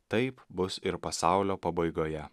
taip bus ir pasaulio pabaigoje